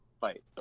fight